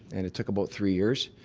and it took about three years,